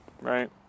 right